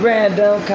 Random